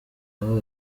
aho